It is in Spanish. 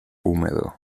húmedo